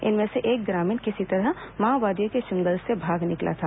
इनमें से एक ग्रामीण किसी तरह माओवादियों के चंगुल से भाग निकला था